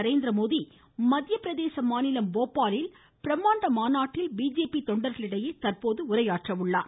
நரேந்திரமோடி மத்தியப்பிரதேச மாநிலம் போபாலில் பிரம்மாண்ட மாநாட்டில் பிஜேபி தொண்டர்களிடையே தற்போது உரையாற்ற உள்ளார்